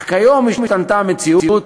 אך כיום השתנתה המציאות.